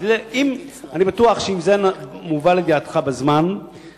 אז אני בטוח שאם זה היה מובא לידיעתך בזמן,